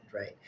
right